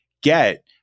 get